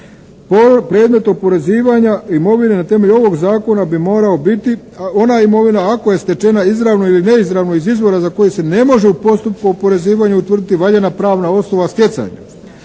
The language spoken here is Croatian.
Predmet oporezivanja imovine na temelju ovog zakona bi morao biti ona imovina ako je stečena izravno ili neizravno iz izvora za koji se ne može u postupku oporezivanja utvrditi valjana pravna osnova stjecanja.